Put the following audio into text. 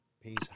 Peace